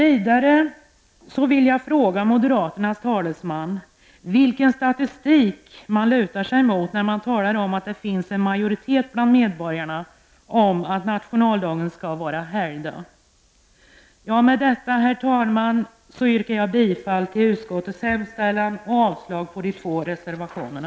Jag vill fråga moderaternas talesman vilken statistik man så att säga lutar sig mot när man talar om att det finns em majoritet bland medborgarna som vill att nationaldagen skall vara helgdag. Med detta, herr talman, yrkar jag bifall till utskottets hemställan och avslag på de två reservationerna.